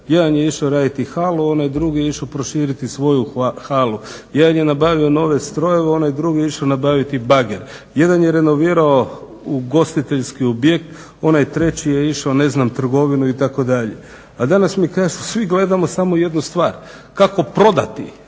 jedan je išao raditi halu, onaj drugi je išao proširiti svoju halu, jedan je nabavio nove strojeve, onaj drugi je išao nabaviti bager. Jedan je renovirao ugostiteljski objekt, onaj treći je išao trgovinu itd. A danas mi kažu svi gledamo samo jednu stvar, kako prodati